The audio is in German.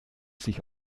sich